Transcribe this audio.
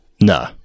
No